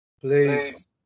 please